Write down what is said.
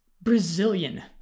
Brazilian